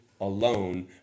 alone